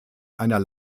einer